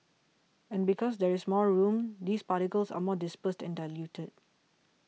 and because there is more room these particles are more dispersed and diluted